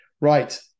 Right